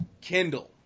kindle